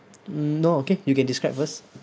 mm no okay you can describe first